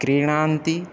क्रीणान्ति